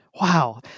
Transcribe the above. Wow